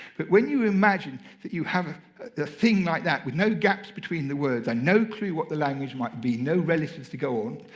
but when you imagine that you have a thing like that with no gaps between the words and no clue what the language might be, no relevance to go on,